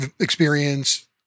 experience